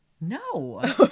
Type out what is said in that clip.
No